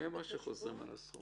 נעשה את זה.